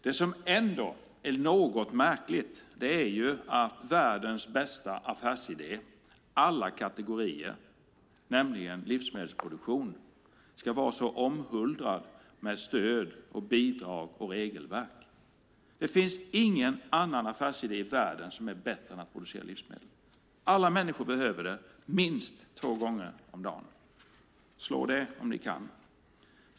Det som är något märkligt är att världens bästa affärsidé alla kategorier, nämligen livsmedelsproduktion, ska vara så omhuldad med stöd, bidrag och regelverk. Det finns ingen annan affärsidé i världen som är bättre än att producera livsmedel. Alla människor behöver det minst två gånger om dagen. Slå det, om ni kan!